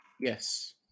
yes